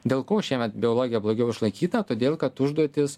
dėl ko šiemet biologija blogiau išlaikyta todėl kad užduotys